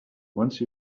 once